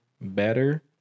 better